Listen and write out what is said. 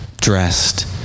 dressed